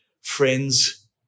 friends